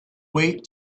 wait